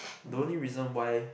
the only reason why